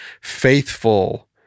faithful